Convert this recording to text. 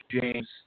James